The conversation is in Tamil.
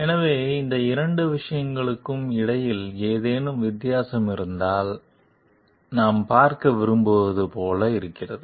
எனவே இந்த இரண்டு விஷயங்களுக்கும் இடையில் ஏதேனும் வித்தியாசம் இருந்தால் நாம் பார்க்க விரும்புவது போல இருக்கிறது